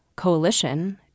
coalition